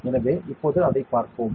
எனவே இப்போது அதைப் பார்ப்போம்